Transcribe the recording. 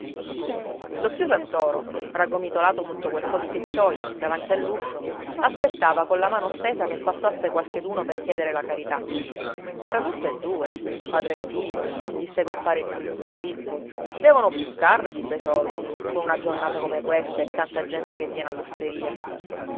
lo zio santoro raggomitolato sotto quel po di tettoia davanti all'uscio aspettava colla mano stesa che passasse qualcheduno per chiedere la carità tra tutte e due padre e figlia disse compare turi zuppiddu devono buscarne dei bei soldi con una giornata come questa e tanta gente che viene